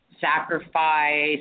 sacrifice